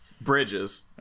Bridges